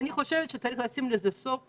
אני חושבת שצריך לשים לזה סוף.